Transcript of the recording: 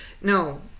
no